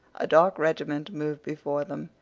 a dark regiment moved before them,